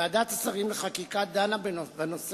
ועדת השרים לחקיקה דנה בנושא,